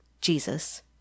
Jesus